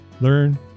learn